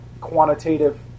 quantitative